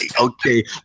okay